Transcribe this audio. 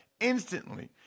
instantly